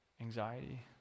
Anxiety